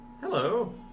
Hello